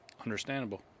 understandable